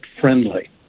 friendly